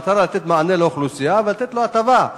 במטרה לתת מענה לאוכלוסייה ולתת לו הטבה.